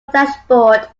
dashboard